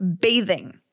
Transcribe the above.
bathing